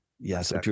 Yes